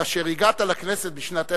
כאשר הגעת לכנסת בשנת 1988,